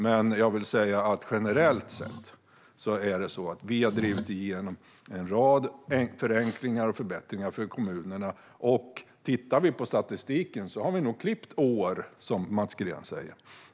Generellt sett är det dock så att vi har drivit igenom en rad förenklingar och förbättringar för kommunerna, och tittar vi på statistiken ser vi nog att vi har klippt år, som Mats Green säger.